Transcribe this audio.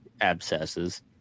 abscesses